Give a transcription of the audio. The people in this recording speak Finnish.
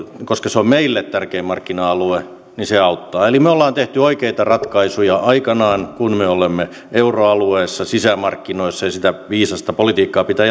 koska se on meille tärkein markkina alue niin se auttaa eli me olemme tehneet oikeita ratkaisuja aikanaan kun me olemme euroalueessa sisämarkkinoissa sitä viisasta politiikkaa pitää